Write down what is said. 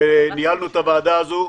שניהלנו לפיה את הוועדה הזאת,